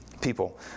People